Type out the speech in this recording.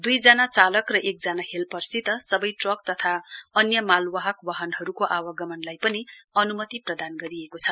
दुइजना चालक र एकजना हेल्परसित सबै ट्रक तथा अन्य मालवाहक वाहनहरूको आगमनलाई पनि अनुमति प्रदान गरिएको छ